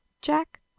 Jack